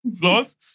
Plus